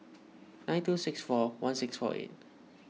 nine two six four one six four eight